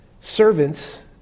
Servants